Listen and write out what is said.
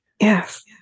Yes